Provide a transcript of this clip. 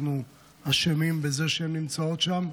אנחנו אשמים בזה שהן נמצאות שם,